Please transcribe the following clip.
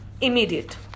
immediate